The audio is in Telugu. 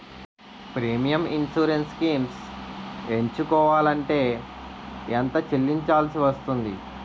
ప్రీమియం ఇన్సురెన్స్ స్కీమ్స్ ఎంచుకోవలంటే ఎంత చల్లించాల్సివస్తుంది??